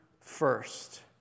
first